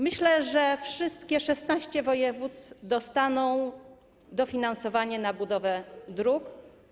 Myślę, że wszystkie 16 województw dostanie dofinansowanie na budowę dróg.